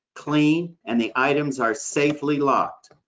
clean, and the items are safely locked.